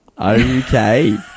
okay